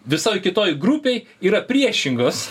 visoj kitoj grupėj yra priešingos